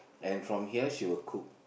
and from here she will cook